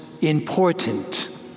important